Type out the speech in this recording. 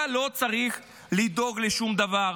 אתה לא צריך לדאוג לשום דבר.